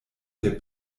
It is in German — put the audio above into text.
der